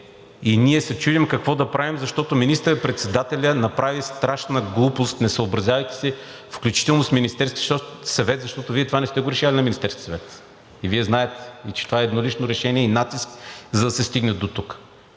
и ние се чудим какво да правим, защото министър-председателят направи страшна глупост, не съобразявайки се, включително и с Министерския съвет, защото Вие това не сте го решавали на Министерски съвет. И Вие знаете, това е еднолично решение и натиск, за да се стигне дотук.